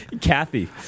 Kathy